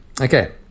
Okay